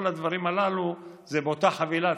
כל הדברים הללו צריכים להיות באותה חבילה.